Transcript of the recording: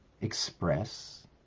express